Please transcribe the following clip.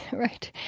right?